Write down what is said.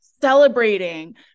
celebrating